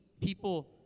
people